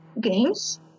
games